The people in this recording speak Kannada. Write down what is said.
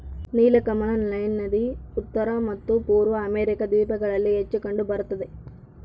ನೀಲಕಮಲ ನೈಲ್ ನದಿ ಉತ್ತರ ಮತ್ತು ಪೂರ್ವ ಅಮೆರಿಕಾ ದ್ವೀಪಗಳಲ್ಲಿ ಹೆಚ್ಚು ಕಂಡು ಬರುತ್ತದೆ